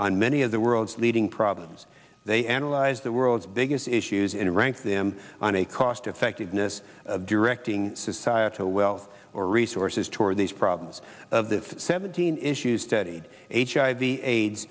many of the world's leader in problems they analyze the world's biggest issues in rank them on a cost effectiveness of directing societal wealth or resources toward these problems of the seventeen issues studied hiv aids